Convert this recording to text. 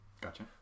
Gotcha